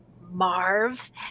Marv